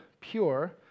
pure